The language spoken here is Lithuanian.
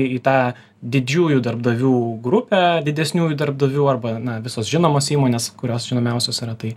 į tą didžiųjų darbdavių grupę didesniųjų darbdavių arba na visos žinomos įmonės kurios žinomiausios yra tai